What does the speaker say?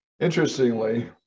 Interestingly